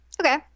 Okay